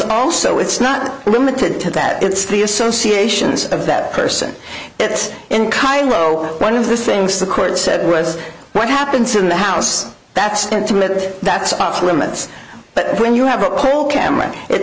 also it's not limited to that it's the associations of that person it's one of the things the court said was what happens in the house that's the intimate that's off limits but when you have a poll cameron it